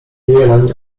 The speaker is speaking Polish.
jeleń